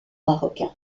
marocain